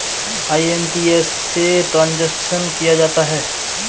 IMPS से transaction किया जाता है